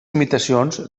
imitacions